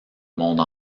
monde